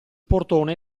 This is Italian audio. portone